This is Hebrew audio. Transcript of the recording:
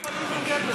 שר יכול להתנגד לזה?